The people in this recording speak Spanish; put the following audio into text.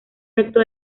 recto